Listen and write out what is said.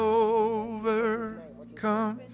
overcome